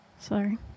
Sorry